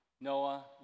Noah